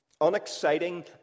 unexciting